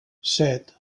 set